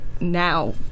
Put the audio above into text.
Now